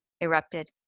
erupted